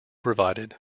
provided